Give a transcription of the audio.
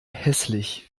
hässlich